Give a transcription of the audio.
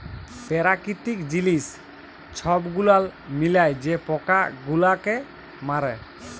পেরাকিতিক জিলিস ছব গুলাল মিলায় যে পকা গুলালকে মারে